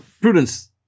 prudence